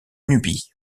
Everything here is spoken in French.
nubie